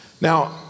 Now